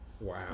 wow